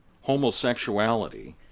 homosexuality